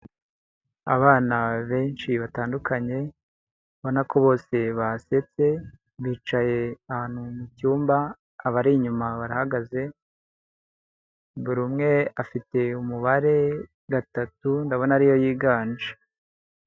Abana benshi batandukanye ubonako bose basetse bicaye ahantu mu cyumba abari inyuma barahagaze buri umwe afite umubare gatatu ndabona ariyo yiganje.